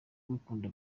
ugukunda